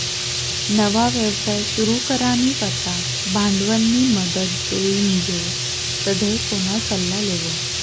नवा व्यवसाय सुरू करानी करता भांडवलनी मदत जोइजे तधय कोणा सल्ला लेवो